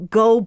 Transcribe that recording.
go